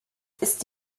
ist